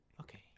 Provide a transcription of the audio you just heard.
Okay